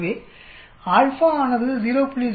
எனவே α ஆனது 0